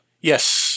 Yes